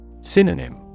Synonym